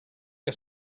que